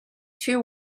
two